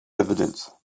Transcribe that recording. evidence